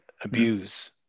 abuse